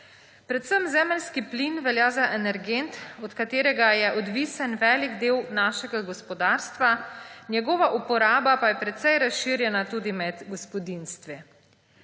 Predvsem zemeljski plin velja za energent, od katerega je odvisen velik del našega gospodarstva, njegova uporaba pa je precej razširjena tudi med gospodinjstvi.